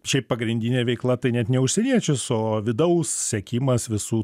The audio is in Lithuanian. šiaip pagrindinė veikla tai net ne užsieniečius o vidaus sekimas visų